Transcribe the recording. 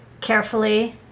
carefully